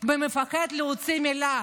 ומפחד להוציא מילה.